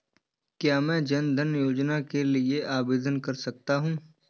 क्या मैं जन धन योजना के लिए आवेदन कर सकता हूँ?